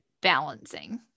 balancing